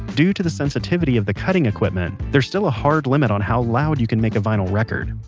due to the sensitivity of the cutting equipment, there's still a hard limit on how loud you can make a vinyl record.